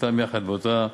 שלושתם יחד באותה חבילה.